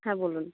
হ্যাঁ বলুন